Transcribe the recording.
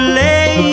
lay